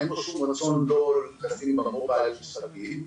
אין פה שום רצון לא לשים במובייל משחקים,